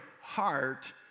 heart